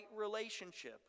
relationship